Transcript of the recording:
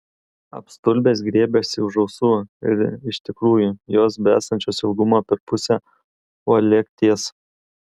apstulbęs griebėsi už ausų ir iš tikrųjų jos besančios ilgumo per pusę uolekties